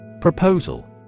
Proposal